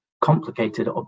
complicated